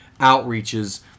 outreaches